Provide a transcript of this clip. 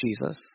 Jesus